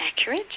accurate